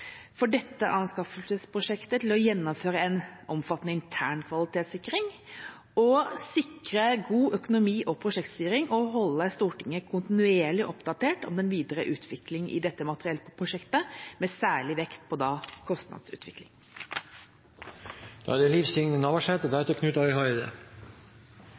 til dette anskaffelsesprosjektet har et særlig ansvar for å gjennomføre en omfattende intern kvalitetssikring, sikre god økonomi- og prosjektstyring og holde Stortinget kontinuerlig oppdatert om den videre utvikling i dette materiellprosjektet, med særlig vekt på kostnadsutvikling. Det er ikkje vanleg at det